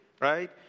right